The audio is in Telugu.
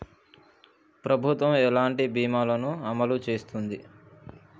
ప్రభుత్వం ఎలాంటి బీమా ల ను అమలు చేస్తుంది?